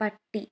പട്ടി